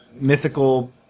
Mythical